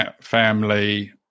family